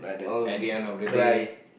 at the end of the day